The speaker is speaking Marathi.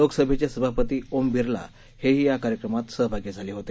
लोकसभेचे सभापती ओम बिर्ला हे ही या कार्यक्रमात सहभागी झाले होते